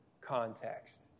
context